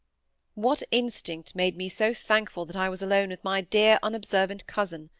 what instinct made me so thankful that i was alone with my dear unobservant cousin?